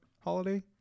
holiday